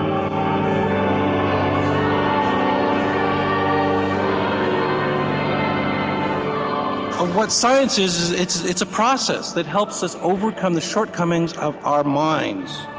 um ah what science is, it's it's a process that helps us overcome the shortcomings of our minds,